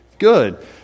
good